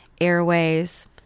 airways